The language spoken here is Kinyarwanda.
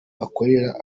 bakorera